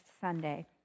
Sunday